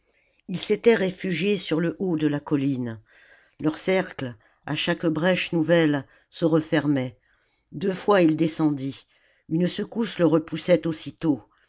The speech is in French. ils s'étaient réfugiés sur le haut de la colline leur cercle à chaque brèche nouvelle se refermait deux fois il descendit une secousse le repoussait aussitôt